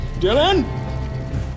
Dylan